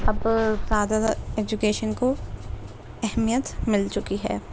اب زیادہ سے ایجوکیشن کو اہمیت مل چکی ہے